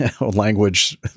language